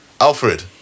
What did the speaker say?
Alfred